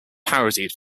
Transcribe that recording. parodied